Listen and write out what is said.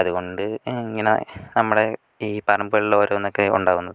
അത്കൊണ്ട് ഇങ്ങനെ നമ്മള് ഈ പറമ്പുകളിൽ ഓരോന്നൊക്കെ ഉണ്ടാവുന്നത്